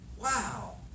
wow